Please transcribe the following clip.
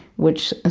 which ah